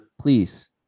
please